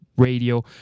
radio